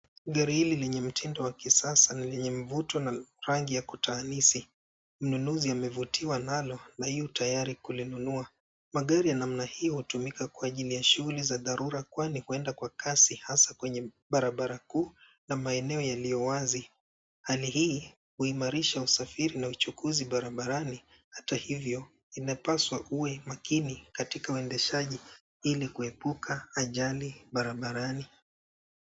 Gari hili lenye mitindo wa kisasa ni lenye mvuto na rangi ya kutahanisi. Mnunuzi amevutiwa nalo na yu tayari kulinunua. Magari ya namna hii hutumiwa kwa shughuli za dharura kwani huenda kwa kasi hasa kwenye barabara kuu na maeneo yaliyo wazi. Hali hii huimarisha usafiri na uchukuzi barabarani. Hata hivyo unapaswa uwe makini katika uendeshaji ili kuhepuka ajali barabarani.